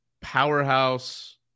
powerhouse